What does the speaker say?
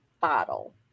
bottle